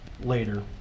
later